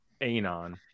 anon